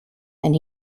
and